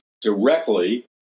directly